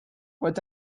what